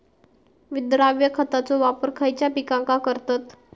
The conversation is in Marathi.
विद्राव्य खताचो वापर खयच्या पिकांका करतत?